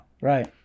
Right